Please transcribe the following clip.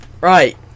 Right